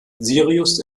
sirius